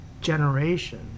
generation